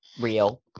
real